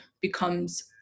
becomes